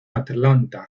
atlanta